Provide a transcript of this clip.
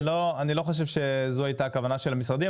לא חושב שזו הייתה הכוונה של המשרדים,